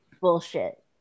bullshit